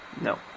No